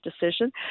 decision